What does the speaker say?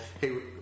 hey